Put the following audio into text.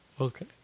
Okay